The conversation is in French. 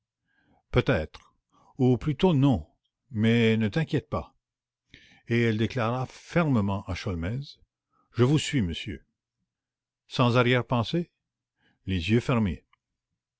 peut-être ou plutôt non mais ne t'inquiète pas et elle déclara fermement à sholmès je vous suis monsieur